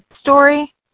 story